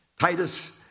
Titus